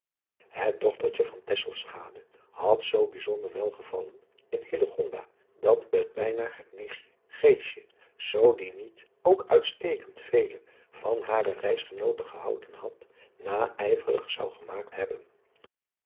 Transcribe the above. het dochtertje van tesselschade had zoo bijzonder welgevallen in hillegonda dat het bijna haar nichtje geesje zoo die niet ook uitstekend veel van hare reisadriaan loosjes pzn het leven van hillegonda buisman genoote gehouden had naijverig zou gemaakt hebben